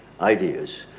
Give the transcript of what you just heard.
ideas